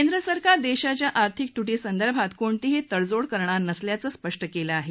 केंद्र सरकार देशाच्या आर्थिक तुटीसंदर्भात कोणतीही तडजोड करणार नसल्याचं स्पष्ट केलं आहे